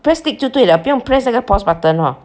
press tick 就对 liao 不用 press 那个 pause button hor